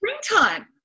springtime